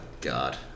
God